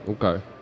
Okay